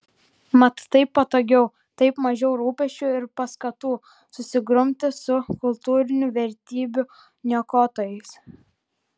mat taip patogiau taip mažiau rūpesčių ir paskatų susigrumti su kultūrinių vertybių niokotojais